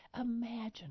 Imagine